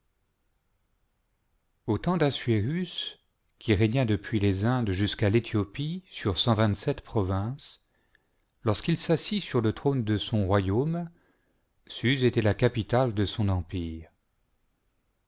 temps d'assuérua qui régna depuis les indes jusqu'à l'ethiopie sur cent vingt-sept provinces lorsqu'il s'assit sur le trône de son royaume suse était la capitale de son empire